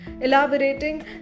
Elaborating